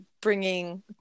bringing